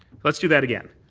let's do that again.